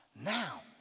Now